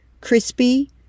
crispy